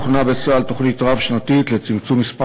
הוכנה בצה"ל תוכנית רב-שנתית לצמצום מספר